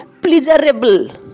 Pleasurable